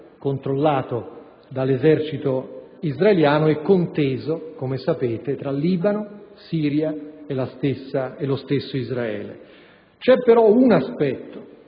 controllato dall'esercito israeliano e conteso, come sapete, tra Libano, Siria e lo stesso Israele. C'è però un aspetto